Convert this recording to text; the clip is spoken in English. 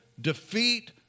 defeat